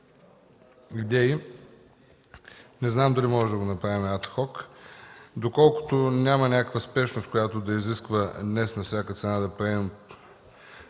Не знам дали можем да го направим ад хок. Доколкото няма някаква спешност, която да изисква днес на всяка цена да приемем